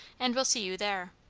and will see you there.